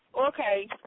Okay